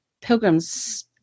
Pilgrim's